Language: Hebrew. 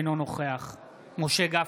אינו נוכח משה גפני,